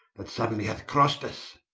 that suddenly hath crost vs?